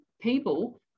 people